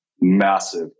massive